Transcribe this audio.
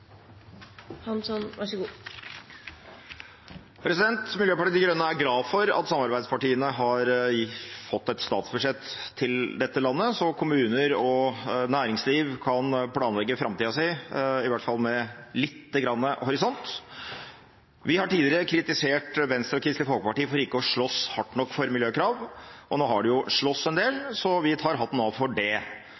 utslippene opp. Så kan man gjøre regnestykket selv. Replikkordskiftet er omme. Miljøpartiet De Grønne er glad for at samarbeidspartiene har fått til et statsbudsjett for dette landet, så kommuner og næringsliv kan planlegge framtida si i hvert fall med litt horisont. Vi har tidligere kritisert Venstre og Kristelig Folkeparti for ikke å slåss hardt nok for miljøkrav. Nå har de jo slåss en del,